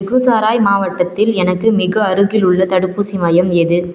பெகுசாராய் மாவட்டத்தில் எனக்கு மிக அருகிலுள்ள தடுப்பூசி மையம் எது